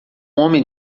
homem